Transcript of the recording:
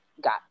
Got